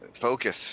focus